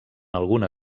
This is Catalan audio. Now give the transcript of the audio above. alguna